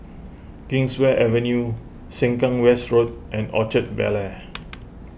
Kingswear Avenue Sengkang West Road and Orchard Bel Air